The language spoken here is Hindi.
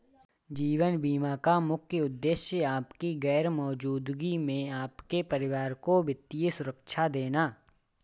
जीवन बीमा का मुख्य उद्देश्य आपकी गैर मौजूदगी में आपके परिवार को वित्तीय सुरक्षा देना